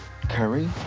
Curry